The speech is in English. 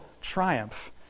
triumph